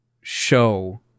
show